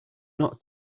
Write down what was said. not